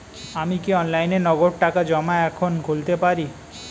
আমি কি অনলাইনে নগদ টাকা জমা এখন খুলতে পারি?